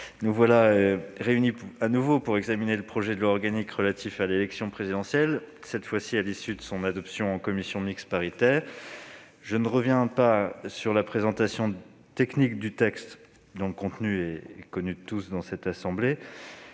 nous sommes réunis de nouveau pour examiner le projet de loi organique relatif à l'élection présidentielle, cette fois-ci à l'issue de son adoption en commission mixte paritaire. Je ne reviens pas sur la présentation technique du texte, dont le contenu est connu de tous dans cette assemblée.